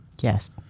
Yes